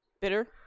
bitter